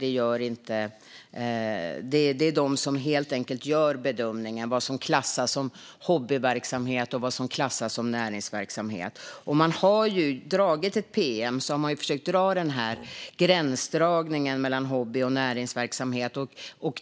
Det är helt enkelt de som gör bedömningen av vad som klassas som hobbyverksamhet och vad som klassas som näringsverksamhet.I ett pm har man försökt att göra gränsdragningen mellan hobby och näringsverksamhet.